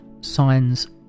signs